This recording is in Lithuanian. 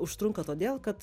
užtrunka todėl kad